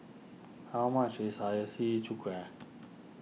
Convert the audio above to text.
how much is Hiyashi Chuka